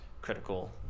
critical